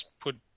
put